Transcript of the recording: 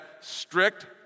strict